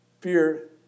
fear